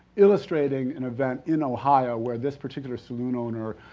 illustrating an event in ohio where this particular saloon owner